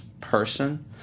person